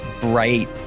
bright